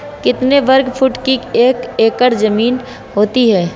कितने वर्ग फुट की एक एकड़ ज़मीन होती है?